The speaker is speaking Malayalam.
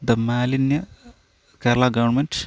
ദ മാലിന്യ കേരള ഗവൺമെൻറ്